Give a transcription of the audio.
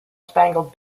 spangled